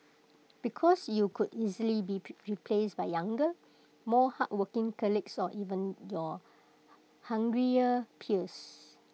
because you could easily be replaced by younger more hardworking colleagues or even your hungrier peers